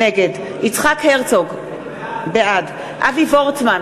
נגד יצחק הרצוג, בעד אבי וורצמן,